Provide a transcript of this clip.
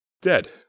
dead